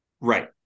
Right